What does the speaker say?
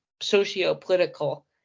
socio-political